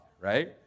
right